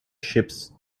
ships